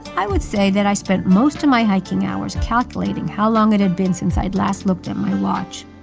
i would say that i spent most of my hiking hours calculating how long it had been since i'd last looked at my watch